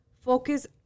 focus